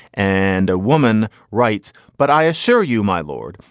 and a woman writes, but i assure you, my lord,